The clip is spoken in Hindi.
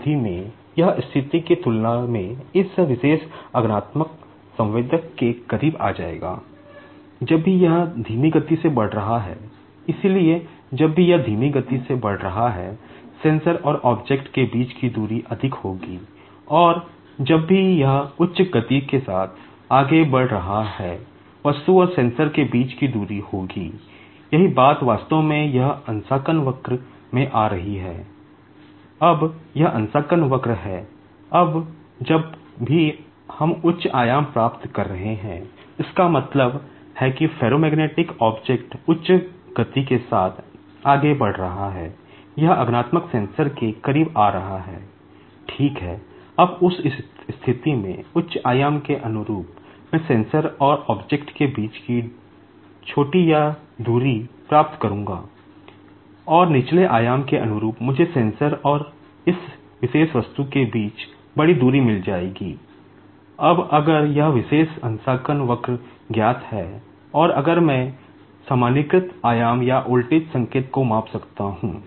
अब यह कैलिब्रेशन कव ज्ञात है और अगर मैं सामान्यीकृत आयाम या वोल्टेज संकेत को माप सकता हूं